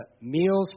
meals